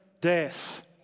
death